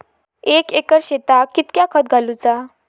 एक एकर शेताक कीतक्या खत घालूचा?